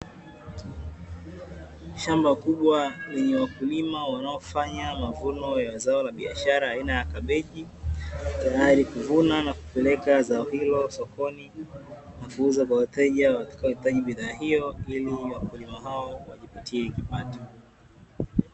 Shamba kubwa lenye wakulima wanaofanya mavuno ya zao la biashara aina ya kabeji, tayari kuvuna na kupeleka zao hilo sokoni na kuuza kwa wateja watakaohitaji bidhaa hiyo, ili wakulima hao wajipatie kipato.